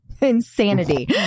insanity